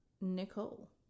Nicole